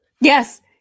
Yes